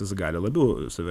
jis gali labiau save